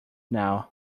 now